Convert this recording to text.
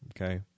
Okay